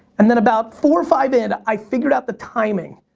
and then about four, five in, i figured out the timing.